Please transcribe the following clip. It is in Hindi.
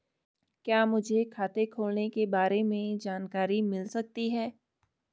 क्या मुझे खाते खोलने के बारे में जानकारी मिल सकती है?